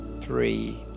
three